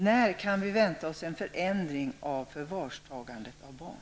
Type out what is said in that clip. När kan vi vänta oss en förändring av bestämmelserna om förvarstaganden av barn?